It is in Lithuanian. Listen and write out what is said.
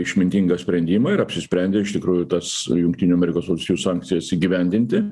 išmintingą sprendimą ir apsisprendė iš tikrųjų tas jungtinių amerikos valstijų sankcijas įgyvendinti